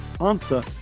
answer